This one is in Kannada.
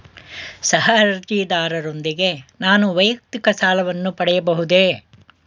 ಸಹ ಅರ್ಜಿದಾರರೊಂದಿಗೆ ನಾನು ವೈಯಕ್ತಿಕ ಸಾಲವನ್ನು ಪಡೆಯಬಹುದೇ?